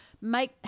make